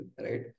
right